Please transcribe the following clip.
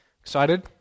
Excited